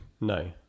No